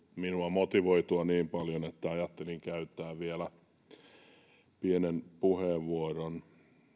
motivoitua minua niin paljon että ajattelin käyttää vielä pienen puheenvuoron